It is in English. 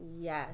Yes